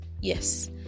Yes